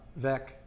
Vec